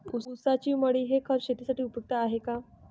ऊसाची मळी हे खत शेतीसाठी उपयुक्त आहे का?